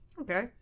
Okay